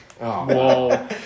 Whoa